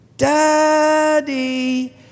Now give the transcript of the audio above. Daddy